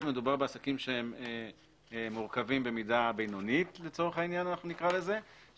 מדובר בעסקים שהם מורכבים במידה בינונית נקרא להם כך לצורך העניין בהם